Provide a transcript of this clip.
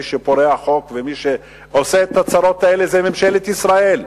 שמי שפורע חוק ומי שעושה את הצרות האלה זה ממשלת ישראל.